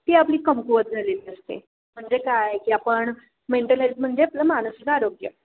ती आपली कमकुवत झालेली असते म्हणजे काय आहे की आपण मेंटल हेल्थ म्हणजे आपलं मानसिक आरोग्य